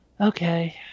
okay